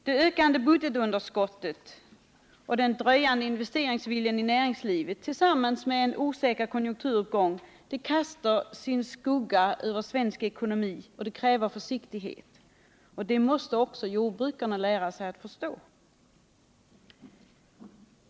Det ökande budgetunderskottet och den dröjande investeringsviljan i näringslivet tillsammans med en osäker konjunkturuppgång kastar sin skugga över svensk ekonomi och kräver försiktighet. Det måste också jordbrukarna förstå.